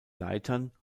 leitern